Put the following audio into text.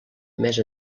més